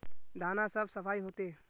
दाना सब साफ होते?